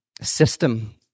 system